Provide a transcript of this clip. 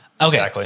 Okay